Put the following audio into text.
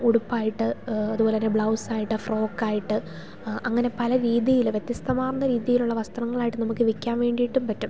ഉടുപ്പായിട്ട് അതുപോലെ തന്നെ ബ്ലൗസ് ആയിട്ട് ഫ്രോക്ക് ആയിട്ട് അങ്ങനെ പല രീതിയിൽ വ്യത്യസ്തമാർന്ന രീതിയിലുള്ള വസ്ത്രങ്ങൾ ആയിട്ട് നമുക്ക് വിൽക്കാൻ വേണ്ടിയിട്ടും പറ്റും